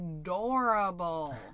adorable